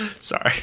sorry